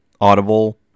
Audible